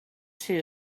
too